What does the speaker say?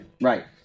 Right